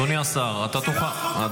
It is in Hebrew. אדוני השר, אתה תוכל -- זה לא החוק, אבל.